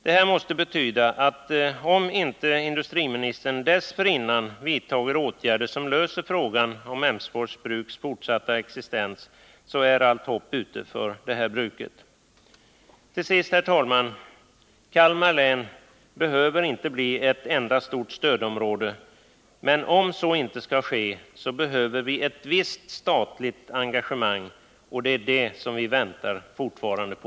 Detta måste betyda att om inte industriministern dessförinnan vidtager åtgärder som löser frågan om Emsfors Bruks fortsatta existens, så är allt hopp ute för bruket. Till sist, herr talman! Kalmar län behöver inte bli ett enda stort stödområde, men om så inte skall bli fallet behöver vi ett visst statligt engagemang, och det väntar vi fortfarande på.